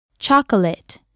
Chocolate